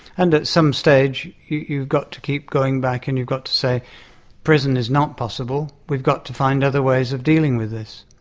and at some stage you've got to keep going back and you've got to say prison is not possible, we've got to find other ways of dealing with this.